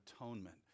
atonement